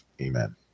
Amen